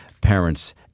parents